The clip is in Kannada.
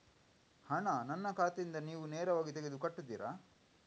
ಹಣ ನನ್ನ ಖಾತೆಯಿಂದ ನೀವು ನೇರವಾಗಿ ತೆಗೆದು ಕಟ್ಟುತ್ತೀರ?